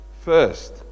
first